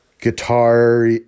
guitar